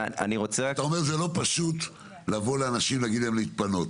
אתה אומר שזה לא פשוט לבוא לאנשים ולהגיד להם להתפנות.